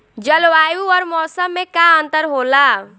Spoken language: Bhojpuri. जलवायु और मौसम में का अंतर होला?